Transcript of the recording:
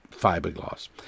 fiberglass